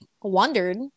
wondered